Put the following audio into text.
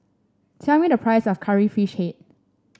tell me the price of Curry Fish Head